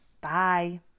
Bye